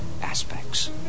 aspects